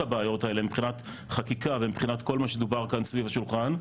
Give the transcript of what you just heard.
הבעיות האלה מבחינת חקיקה ומבחינת כל מה שדובר כאן סביב השולחן,